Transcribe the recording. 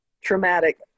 traumatic